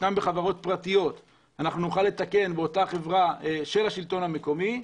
בחברות פרטיות נוכל לתקן באותה חברה של השלטון המקומי,